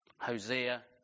Hosea